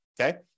okay